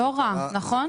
לא רע, נכון?